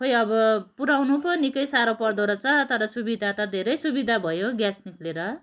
खोइ अब पुराउनु पो निकै साह्रो पर्दो रहेछ तर सुविधा त धेरै सुविधा भयो ग्यास निक्लिएर